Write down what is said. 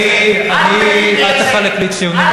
אתה אל תגיד לי את זה.